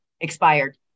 expired